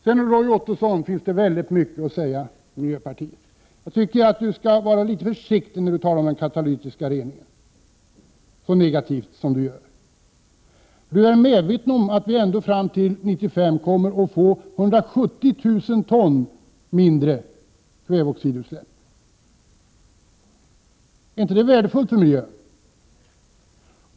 Så till Roy Ottosson: Det finns mycket att säga om miljöpartiet. Jag tycker att Roy Ottosson bör vara litet försiktig och inte tala så negativt om den katalytiska avgasreningen. Han borde vara medveten om att vi med denna avgasrening fram till år 1995 kommer att få 170 000 ton mindre kväveoxidutsläpp. Är det inte värdefullt för miljön?